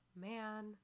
man